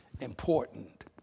important